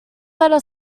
letter